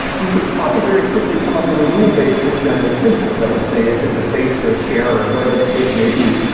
you could probably very quickly come up with a rule-based system that's simple, that would say, is this a face, or a chair, or whatever the case may be?